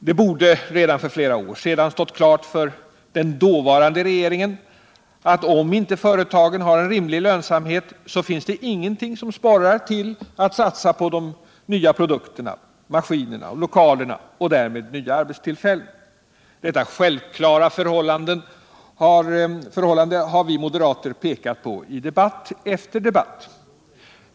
Det borde redan för flera år sedan ha stått klart för den dåvarande regeringen att om inte företagen har en rimlig lönsamhet finns det ingenting som sporrar till att satsa på de nya produkterna, maskinerna, lokalerna och därmed de nya arbetstillfällena. Detta självklara förhållande har vi moderater pekat på i debatt efter debatt.